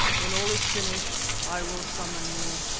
when all is finished i will summon you.